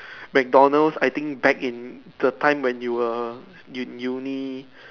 McDonald's I think back in the time when you were in Uni